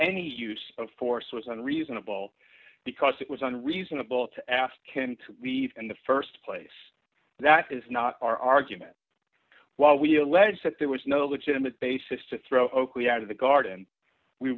any use of force was on reasonable because it was unreasonable to ask him to weave in the st place that is not our argument while we allege that there was no legitimate basis to throw oakley out of the garden we